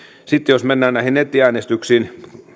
sitten jos mennään näihin nettiäänestyksiin